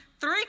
three